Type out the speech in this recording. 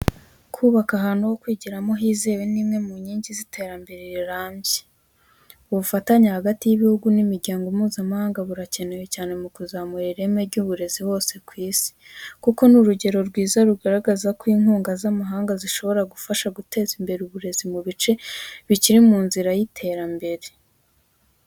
Kubaka ahantu ho kwigiramo hizewe ni imwe mu nkingi z’iterambere rirambye. Ubufatanye hagati y’ibihugu n’imiryango mpuzamahanga burakenewe cyane mu kuzamura ireme ry’uburezi hose ku isi. Kuko ni urugero rwiza rugaragaza uko inkunga z’amahanga zishobora gufasha guteza imbere uburezi mu bice bikiri mu nzira y’iterambere.